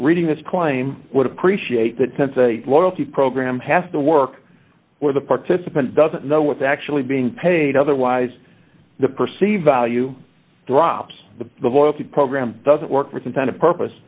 reading this claim would appreciate that sense of loyalty program has to work for the participant doesn't know what's actually being paid otherwise the perceived value drops the loyalty program doesn't work for